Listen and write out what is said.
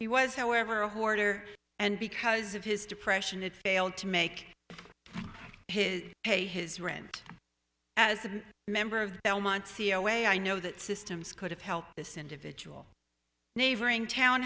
he was however a hoarder and because of his depression it failed to make his pay his rent as a member of belmont c e o a i know that systems could have helped this individual neighboring town